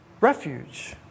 refuge